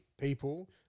people